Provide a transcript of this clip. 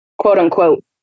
quote-unquote